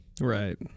Right